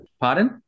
Pardon